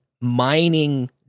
mining